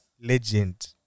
legend